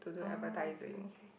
oh okay okay